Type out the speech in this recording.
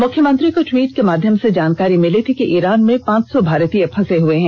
मुख्यमंत्री को ट्वीट के मध्यम से जानकारी मिली थी कि ईरान में पांच सौ भारतीय फंसे हैं